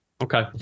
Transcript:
Okay